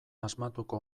asmatuko